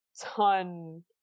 ton